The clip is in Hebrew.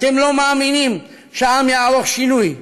אתם לא מאמינים שהעם יערוך שינוי.